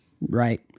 Right